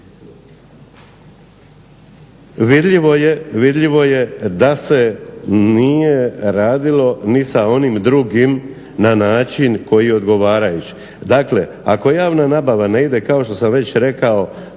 vidljivo je da se nije radilo ni sa onim drugim na način koji je odgovarajuć. Dakle, ako javna nabava ne ide kao što sam već rekao